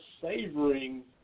savoring